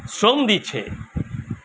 শ্রম দিচ্ছে